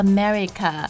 America